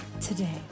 today